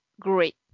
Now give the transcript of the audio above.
great